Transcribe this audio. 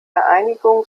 einigung